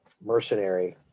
mercenary